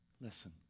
Listen